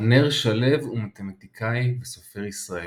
ענר שלו הוא מתמטיקאי וסופר ישראלי.